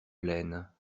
plaines